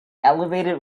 elevated